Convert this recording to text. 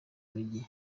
mujyi